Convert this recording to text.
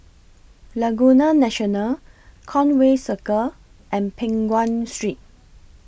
Laguna National Conway Circle and Peng Nguan Street